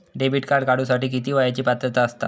Debit card काढूसाठी किती वयाची पात्रता असतात?